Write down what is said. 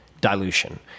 dilution